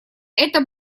это